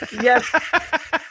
yes